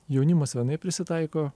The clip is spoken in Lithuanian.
jaunimas vienaip prisitaiko